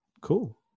Cool